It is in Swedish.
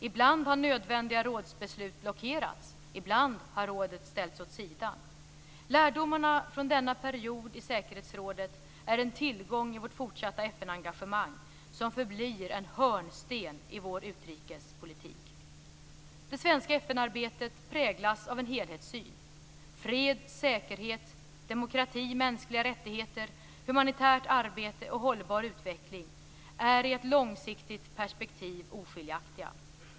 Ibland har nödvändiga rådsbeslut blockerats. Ibland har rådet ställts åt sidan. Lärdomarna från denna period i säkerhetsrådet är en tillgång i vårt fortsatta FN-engagemang, som förblir en hörnsten i vår utrikespolitik. Det svenska FN-arbetet präglas av en helhetssyn. Fred, säkerhet, demokrati, mänskliga rättigheter, humanitärt arbete och hållbar utveckling är i ett långsiktigt perspektiv oskiljaktiga.